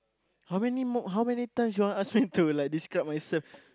how many more how many times you wanna ask me to like describe myself